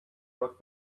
rock